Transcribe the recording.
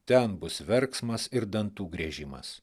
ten bus verksmas ir dantų griežimas